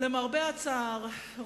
למרבה הצער,